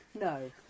No